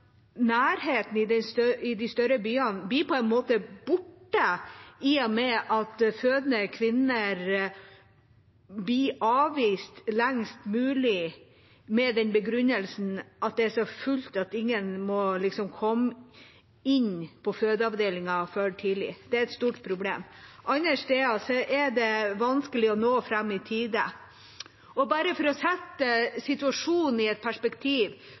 med at fødende kvinner blir avvist lengst mulig med den begrunnelsen at det er fullt – ingen må komme inn på fødeavdelingen for tidlig. Det er et stort problem. Andre steder er det vanskelig å nå fram i tide. For å sette situasjonen i perspektiv